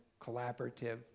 collaborative